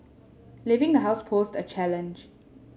leaving the house posed a challenge